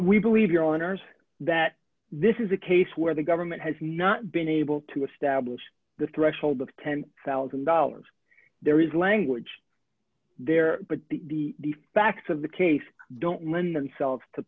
we believe your honour's that this is a case where the government has not been able to establish the threshold of ten thousand dollars there is language there but the facts of the case don't lend themselves to